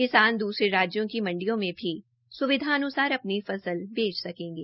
किसान दूसरे राज्यों की मंडियो में भी सुविधाजनक अपनी फसल बेच सर्केगे